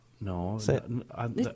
No